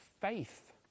faith